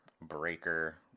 Breaker